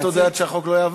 אל תודה עד שהחוק יעבור.